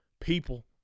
people